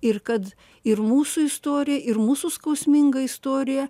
ir kad ir mūsų istorija ir mūsų skausminga istorija